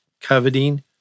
coveting